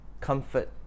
comfort